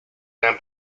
eran